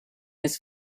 his